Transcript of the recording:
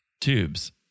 tubes